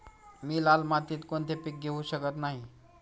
मी लाल मातीत कोणते पीक घेवू शकत नाही?